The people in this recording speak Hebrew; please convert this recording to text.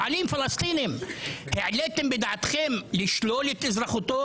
פועלים פלסטיניים העליתם בדעתכם לשלול את אזרחותו?